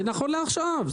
זה נכון לעכשיו.